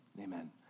Amen